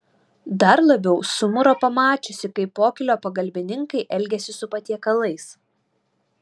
dar labiau sumuro pamačiusi kaip pokylio pagalbininkai elgiasi su patiekalais